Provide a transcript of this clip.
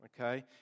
okay